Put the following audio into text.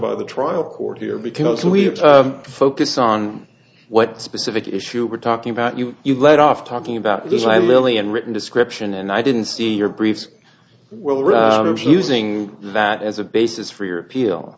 by the trial court here because we have to focus on what specific issue we're talking about you you let off talking about this i literally had written description and i didn't see your briefs well rob so using that as a basis for your appeal